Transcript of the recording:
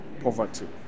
poverty